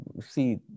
see